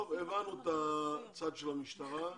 הבנו את הצד של המשטרה.